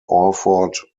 orford